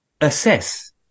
assess